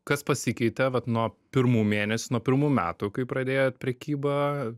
kas pasikeitė vat nuo pirmų mėnesių nuo pirmų metų kai pradėjot prekybą